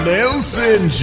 Nelson